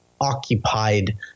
occupied